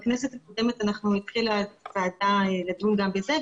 בכנסת הקודמת התחילה הוועדה לדון גם בזה,